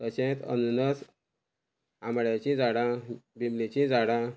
तशेंच अननस आंबड्याची झाडां बिमलेचीं झाडां